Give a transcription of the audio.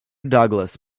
douglas